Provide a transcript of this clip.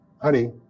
honey